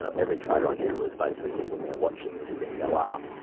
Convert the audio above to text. ah every trader i knew was basically sitting there watching this thing go up.